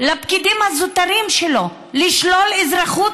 לפקידים הזוטרים שלו לשלול אזרחות